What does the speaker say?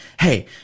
Hey